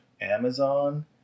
Amazon